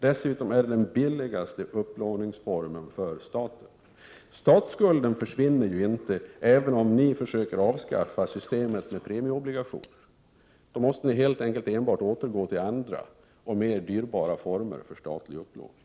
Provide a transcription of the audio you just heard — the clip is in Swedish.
Dessutom är det den billigaste upplåningsformen för staten. Statsskulden försvinner ju inte även om ni försöker avskaffa systemet med premieobligationer, utan då måste ni helt enkelt återgå till andra och mer dyrbara former för statlig upplåning.